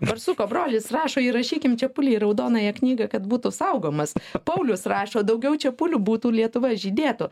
barsuko brolis rašo įrašykim čepulį į raudonąją knygą kad būtų saugomas paulius rašo daugiau čepulių būtų lietuva žydėtų